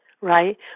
right